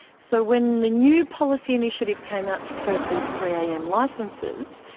so when the new policy initiative came out to curb these three am licences,